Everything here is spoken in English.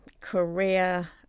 Korea